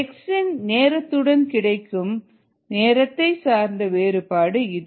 எக்ஸின் நேரத்துடன் கிடைக்கும் நேரத்தை சார்ந்த வேறுபாடு இது